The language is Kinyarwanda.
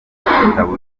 gitabo